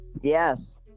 Yes